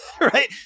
right